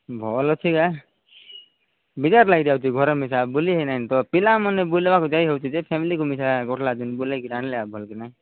ଭଲ ଅଛି ଗେ ବିଜାର ଲାଗିଯାଉଛି ଘରେ ମିଶା ବୋଲି ହେଇ ନାହିଁନ ତ ପିଲାମାନେ ବୁଲିବାକୁ ଯାଇ ହେଉଛି ଯେ ଫ୍ୟାମିଲିକୁ ମିଶା ଘରେ ଲାଗୁନି ବୋଲେ ନାହିଁ ଲାଗୁନି ବୋଲେ କି ନାହିଁ